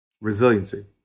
Resiliency